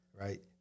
right